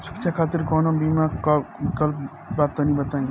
शिक्षा खातिर कौनो बीमा क विक्लप बा तनि बताई?